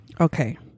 okay